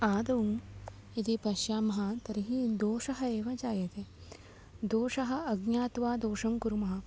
आदौ यदि पश्यामः तर्हि दोषः एव जायते दोषम् अज्ञात्वा दोषं कुर्मः